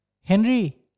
Henry